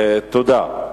תודה.